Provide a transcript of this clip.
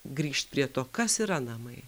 grįžt prie to kas yra namai